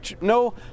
no